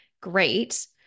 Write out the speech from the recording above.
great